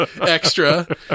extra